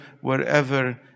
wherever